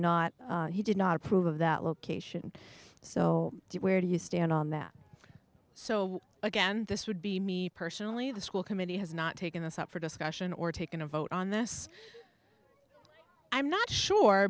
not he did not approve of that location so where do you stand on that so again this would be me personally the school committee has not taken this up for discussion or taken a vote on this i'm not sure